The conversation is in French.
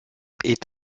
est